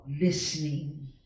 listening